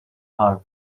harm